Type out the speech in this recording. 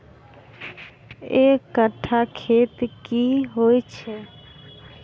एक कट्ठा खेत की होइ छै?